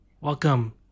welcome